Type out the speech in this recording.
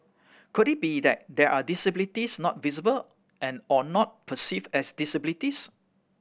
could it be that there are disabilities not visible or not perceive as disabilities